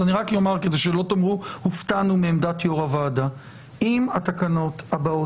אני רק אומר שלא תאמרו "הופתענו מעמדת יושב ראש הוועדה": אם התקנות הבאות